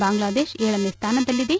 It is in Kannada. ಬಾಂಗ್ಲಾದೇಶ ಏಳನೇ ಸ್ಥಾನದಲ್ಲಿದೆ